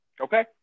Okay